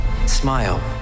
Smile